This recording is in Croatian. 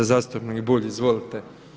Zastupnik Bulj, izvolite.